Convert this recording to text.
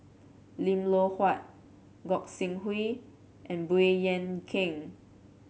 Lim Loh Huat Gog Sing Hooi and Baey Yam Keng